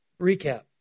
Recap